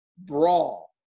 brawl